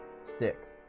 Sticks